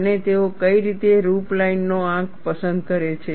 અને તેઓ કઈ રીતે રૂપલાઇન ંકનો પસંદ કરે છે